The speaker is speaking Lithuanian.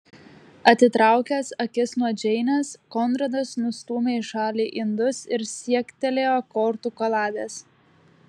atitraukęs akis nuo džeinės konradas nustūmė į šalį indus ir siektelėjo kortų kaladės